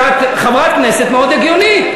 שאת חברת כנסת מאוד הגיונית.